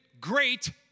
great